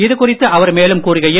இது குறித்து அவர் மேலும் கூறுகையில்